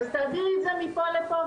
אז תעבירי את זה מפה לפה,